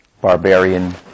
barbarian